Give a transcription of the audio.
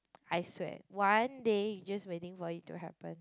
I swear one day you're just waiting for it to happen